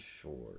Sure